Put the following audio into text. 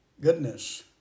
goodness